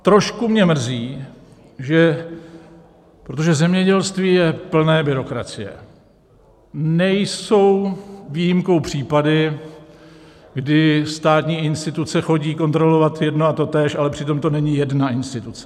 Trošku mě mrzí, že... protože zemědělství je plné byrokracie, nejsou výjimkou případy, kdy státní instituce chodí kontrolovat jedno a totéž, ale přitom to není jedna instituce.